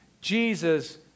Jesus